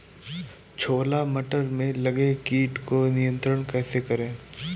छोला मटर में लगे कीट को नियंत्रण कैसे करें?